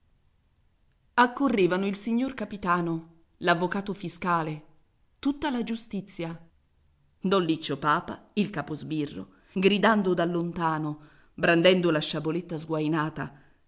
accorrevano il signor capitano l'avvocato fiscale tutta la giustizia don liccio papa il caposbirro gridando da lontano brandendo la sciaboletta sguainata